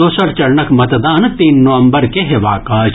दोसर चरणक मतदान तीन नवंबर के हेबाक अछि